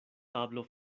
tablo